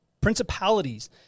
principalities